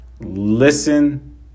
listen